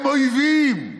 הם אויבים,